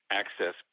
access